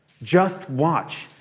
just watch.